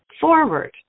forward